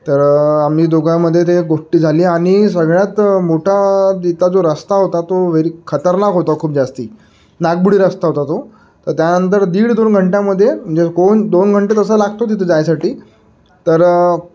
तर आम्ही दोघांमध्ये ते एक गोष्टी झाली आणि सगळ्यात मोठा तिथला जो रस्ता होता तो व्हेरी खतरनाक होता खूप जास्ती नागमोडी रस्ता होता तो तर त्यानंतर दीड दोन घंट्यामध्ये म्हणजे कोण दोन घंटे तसं लागतो तिथं जायसाठी तर